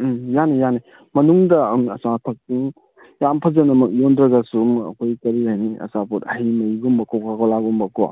ꯎꯝ ꯌꯥꯅꯤ ꯌꯥꯅꯤ ꯃꯅꯨꯡꯗ ꯑꯆꯥ ꯑꯊꯛꯀꯤ ꯌꯥꯝ ꯐꯖꯅꯃꯛ ꯌꯣꯟꯗ꯭ꯔꯒꯁꯨ ꯑꯗꯨꯝ ꯑꯩꯈꯣꯏ ꯀꯔꯤ ꯍꯥꯏꯅꯤ ꯑꯆꯥꯄꯣꯠ ꯍꯩ ꯃꯍꯤꯒꯨꯝꯕꯀꯣ ꯀꯣꯀꯥ ꯀꯣꯂꯥꯒꯨꯝꯕꯀꯣ